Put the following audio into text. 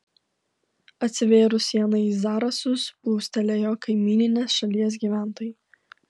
atsivėrus sienai į zarasus plūstelėjo kaimyninės šalies gyventojai